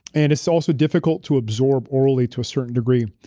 and it's also difficult to absorb early to a certain degree.